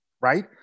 right